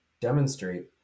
demonstrate